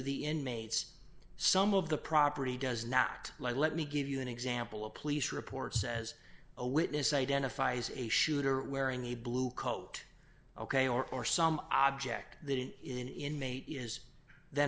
the inmates some of the property does not let me give you an example a police report says a witness identifies a shooter wearing a blue coat ok or or some object that it is an inmate is th